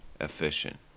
efficient